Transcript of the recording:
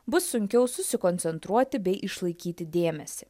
bus sunkiau susikoncentruoti bei išlaikyti dėmesį